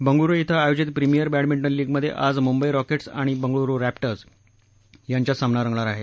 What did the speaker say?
बंगळुरू इथं आयोजित premier badminton लीगमध्ये आज मुंबई रॉकेट्स आणि बंगळुरू रव्तिर्स यांच्यात सामना रंगणार आहे